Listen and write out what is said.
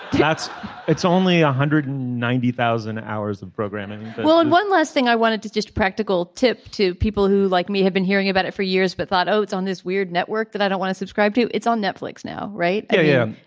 it's only one ah hundred and ninety thousand hours of programming well and one last thing i wanted to just practical tip to people who like me have been hearing about it for years but thought oh it's on this weird network that i don't wanna subscribe to. it's on netflix now right here yeah.